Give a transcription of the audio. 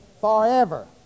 forever